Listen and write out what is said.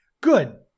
Good